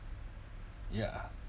ya